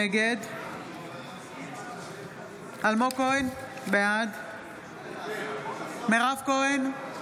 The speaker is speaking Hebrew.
נגד אלמוג כהן, בעד מירב כהן,